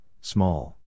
small